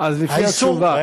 אז לפי התשובה,